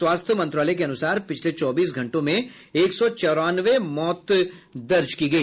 स्वास्थ्य मंत्रालय के अनुसार पिछले चौबीस घंटों में एक सौ चौरानवे मौतें दर्ज हुई